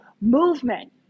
Movement